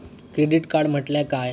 Credit card म्हटल्या काय?